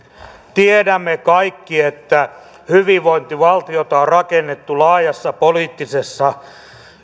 tiedämme kaikki että hyvinvointivaltiota on on rakennettu laajassa poliittisessa